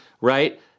right